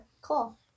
Cool